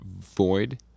Void